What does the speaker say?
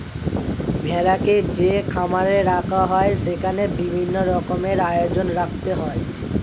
ভেড়াকে যে খামারে রাখা হয় সেখানে বিভিন্ন রকমের আয়োজন রাখতে হয়